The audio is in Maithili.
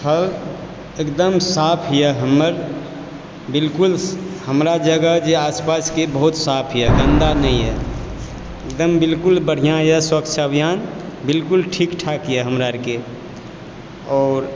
ह एकदम साफए हमर बिलकुल हमरा जगह जे आसपासके बहुत साफ यऽ गन्दा नहि यऽ एकदम बिलकुल बढ़िआँ यऽ स्वच्छ अभियान बिलकुल ठीक ठाक यऽ हमरा अरके